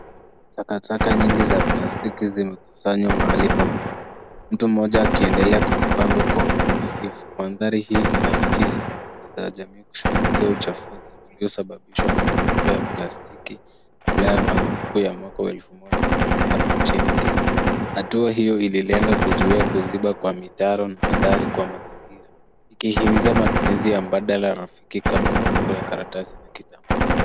Takataka nyingi za plastiki zimekusanywa mahali pamoja . Mtu moja akiendelea kuzipanga kwa uangilivu. Maandari hii inaakizi juhudi za jamii kushughukia uchafusi uliosababisha na mifugo ya plastiki kabla ya mafuriko ya 2017 nchini Kenya. Hatua io ililenga kuzuia kuzipa kwa mtaro na hatari kwa mazingira, ikihimiza matumizi ya mbadala ya rafiki kama mifugo ya karatasi na kitambaa.